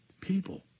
people